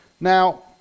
Now